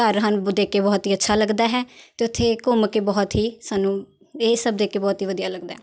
ਘਰ ਹਨ ਬ ਦੇਖ ਕੇ ਬਹੁਤ ਹੀ ਅੱਛਾ ਲੱਗਦਾ ਹੈ ਅਤੇ ਉੱਥੇ ਘੁੰਮ ਕੇ ਬਹੁਤ ਹੀ ਸਾਨੂੰ ਇਹ ਸਭ ਦੇਖ ਕੇ ਬਹੁਤ ਹੀ ਵਧੀਆ ਲੱਗਦਾ